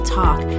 talk